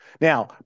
Now